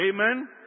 Amen